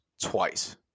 twice